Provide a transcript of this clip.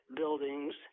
buildings